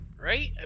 right